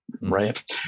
Right